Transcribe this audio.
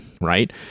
Right